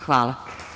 Hvala.